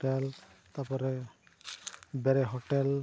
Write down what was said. ᱛᱟᱨᱯᱚᱨᱮ ᱵᱮᱨᱮ